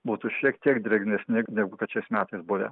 būtų šiek tiek drėgnesni negu kad šiais metais buvę